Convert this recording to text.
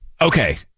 Okay